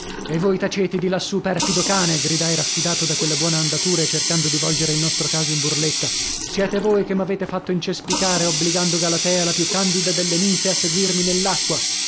e voi tacete di lassù perfido cane gridai raffidato da quella buona andatura e cercando di volgere il nostro caso in burletta siete voi che m'avete fatto incespicare obbligando galatea la più candida delle ninfe a seguirmi nell'acqua